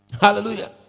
Hallelujah